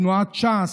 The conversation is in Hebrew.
תנועת ש"ס,